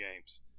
games